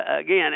Again